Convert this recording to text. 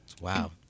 wow